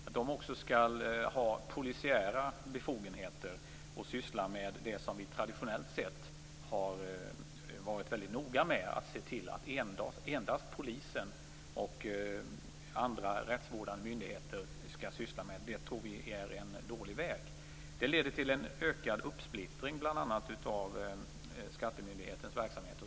Att man också skall ha polisiära befogenheter och att man skall syssla med det som vi traditionellt sett har varit noga med att endast polisen och andra rättsvårdande myndigheter skall syssla med tror vi är en dålig väg. Det leder bl.a. till en ökad splittring av skattemyndighetens verksamhet.